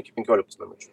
iki penkiolikos minučių